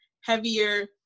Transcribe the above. heavier